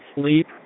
sleep